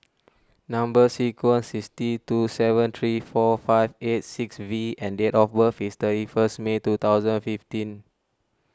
Number Sequence is T two seven three four five eight six V and date of birth is thirty first May two thousand fifteen